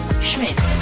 Schmidt